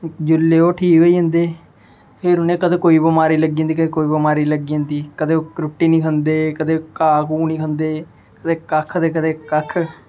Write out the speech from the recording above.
जेल्लै ओह् ठीक होई जंदे फिर कदें उ'नें गी कोई बमारी लग्गी जंदी कदें कोई बमारी लग्गी जंदी कदें रुट्टी निं खंदे कदें घाह् घूह् निं खंदे ते कक्ख ते कदें कक्ख